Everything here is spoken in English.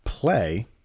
play